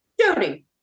Jody